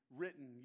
written